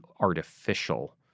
artificial